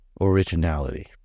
originality